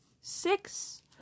six